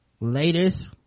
latest